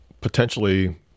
potentially